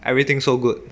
everything so good